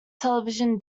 television